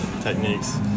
techniques